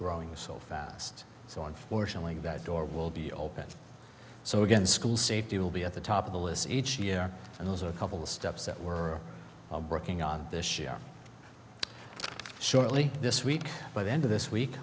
growing so fast so unfortunately that door will be open so again school safety will be at the top of the list each year and those are a couple steps that we're working on this year shortly this week by the end of this week